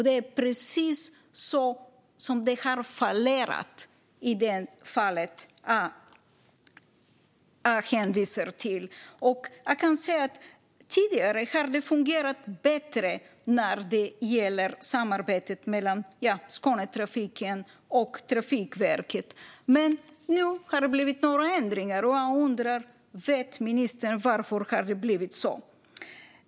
Det är precis så det har fallerat i fallet jag hänvisar till. Tidigare har det fungerat bättre när det gäller samarbetet mellan Skånetrafiken och Trafikverket, men nu har det blivit några ändringar. Vet ministern varför det har blivit så?